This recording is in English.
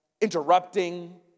interrupting